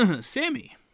Sammy